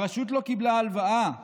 הרשות לא קיבלה הלוואה.